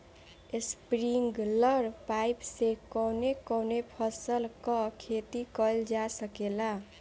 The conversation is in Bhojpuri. स्प्रिंगलर पाइप से कवने कवने फसल क खेती कइल जा सकेला?